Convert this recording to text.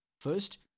First